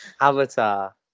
Avatar